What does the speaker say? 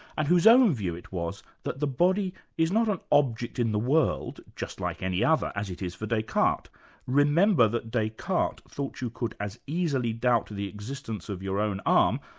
and whose own view it was that the body is not an object in the world just like any other, as it is for descartes remember that descartes thought you could as easily doubt the existence of your own arm,